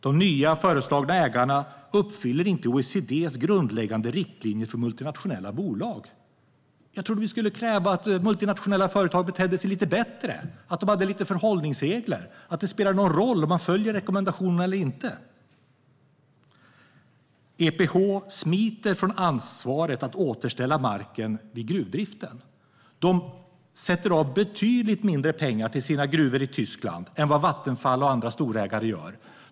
De nya föreslagna ägarna uppfyller inte OECD:s grundläggande riktlinjer för multinationella bolag. Jag trodde att vi skulle kräva att multinationella företag betedde sig lite bättre, att de hade lite förhållningsregler och att det spelar någon roll om de följer rekommendationerna eller inte. EPH smiter från ansvaret att återställa marken vid gruvdriften. De sätter av betydligt mindre pengar till sina gruvor i Tyskland än vad Vattenfall och andra storägare gör.